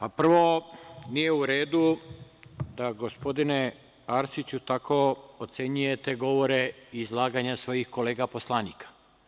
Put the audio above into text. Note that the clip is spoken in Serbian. Prvo, nije u redu da gospodine Arsiću tako ocenjujete govore i izlaganja svojih kolega poslanika.